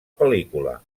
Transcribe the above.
pel·lícula